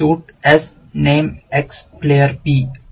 suit S name X player P